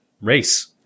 race